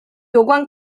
有关